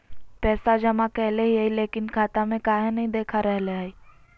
पैसा जमा कैले हिअई, लेकिन खाता में काहे नई देखा रहले हई?